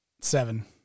Seven